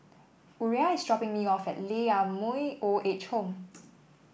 Uriah is dropping me off at Lee Ah Mooi Old Age Home